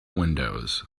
windows